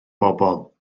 bobl